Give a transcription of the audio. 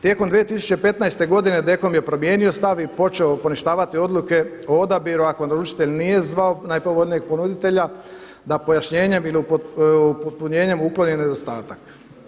Tijekom 2015. godine DKOM je promijenio stav i počeo poništavati odluke o odabiru ako naručitelj nije zvao najpovoljnijeg ponuditelja da pojašnjenjem ili upotpunjenjem ukloni nedostatak.